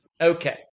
Okay